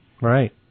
Right